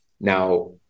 now